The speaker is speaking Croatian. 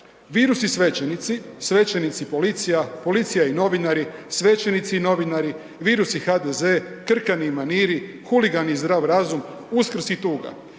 virus i svećenici, svećenici i policija, policija i novinari, svećenici i novinari, virus i HDZ, krkani i maniri, huligani i zdrav razum, Uskrs i tuga,